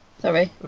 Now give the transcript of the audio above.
sorry